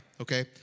okay